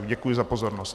Děkuji za pozornost.